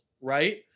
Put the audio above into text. right